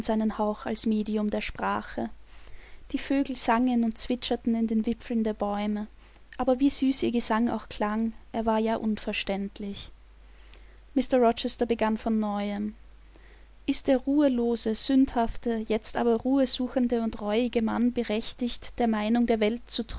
hauch als medium der sprache die vögel sangen und zwitscherten in den wipfeln der bäume aber wie süß ihr gesang auch klang er war ja unverständlich mr rochester begann von neuem ist der ruhelose sündhafte jetzt aber ruhesuchende und reuige mann berechtigt der meinung der welt